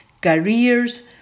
careers